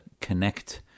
connect